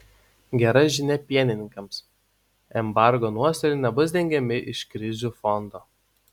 gera žinia pienininkams embargo nuostoliai nebus dengiami iš krizių fondo